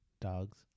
Dogs